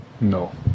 No